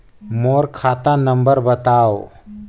मोर खाता नम्बर बताव?